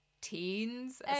teens